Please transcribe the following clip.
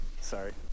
Sorry